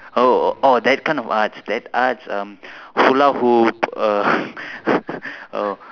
oh oh that kind of arts that arts um hula hoop err err